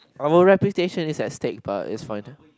our reputation is at stake but it's fine uh